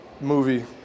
movie